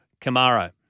Camaro